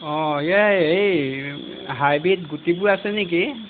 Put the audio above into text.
অঁ এই এই হাইব্ৰিড গুটিবোৰ আছে নেকি